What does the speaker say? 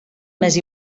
més